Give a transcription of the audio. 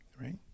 right